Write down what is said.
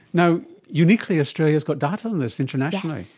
you know uniquely australia has got data on this internationally.